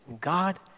God